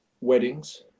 weddings